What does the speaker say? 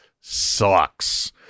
sucks